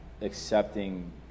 accepting